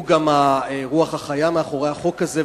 הוא הרוח החיה מאחורי החוק הזה,